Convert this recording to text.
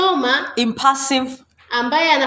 Impassive